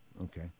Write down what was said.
Okay